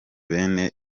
bene